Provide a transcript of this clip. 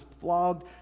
flogged